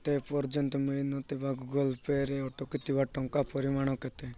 ମୋତେ ଏ ପର୍ଯ୍ୟନ୍ତ ମିଳି ନଥିବା ଗୁଗଲ୍ ପେରେ ଅଟକି ଥିବା ଟଙ୍କା ପରିମାଣ କେତେ